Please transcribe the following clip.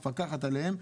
מפקחת עליהם,